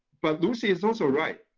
but lucy is also right.